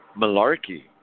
malarkey